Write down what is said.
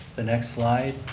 the next slide,